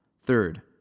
Third